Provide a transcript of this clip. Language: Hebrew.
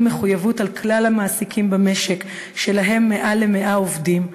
מחויבות על כלל המעסיקים במשק שלהם מעל 100 עובדים,